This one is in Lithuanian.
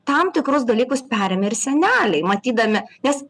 tam tikrus dalykus perėmė ir seneliai matydami nes